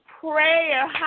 prayer